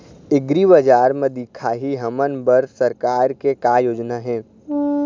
एग्रीबजार म दिखाही हमन बर सरकार के का योजना हे?